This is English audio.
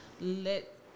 let